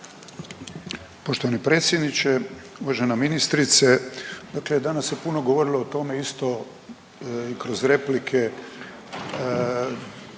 Poštovani predsjedniče, uvažena ministrice. Dakle, danas se puno govorilo o tome isto i kroz replike